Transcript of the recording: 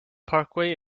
parkway